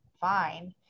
fine